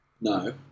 No